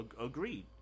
Agreed